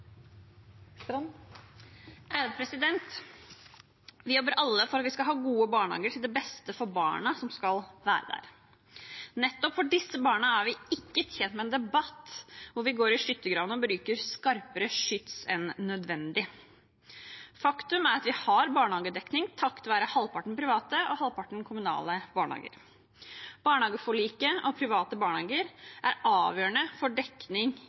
Vi jobber alle for at vi skal ha gode barnehager – til det beste for barna som skal være der. Nettopp for disse barna er vi ikke tjent med en debatt der vi går i skyttergravene og bruker skarpere skyts enn nødvendig. Faktum er at vi har barnehagedekning takket være halvparten private og halvparten kommunale barnehager. Barnehageforliket og private barnehager er avgjørende for dekning